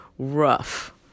rough